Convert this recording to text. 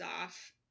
off